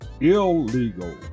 Illegal